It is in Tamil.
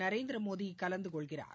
நரேந்திர மோடி கலந்துகொள்கிறார்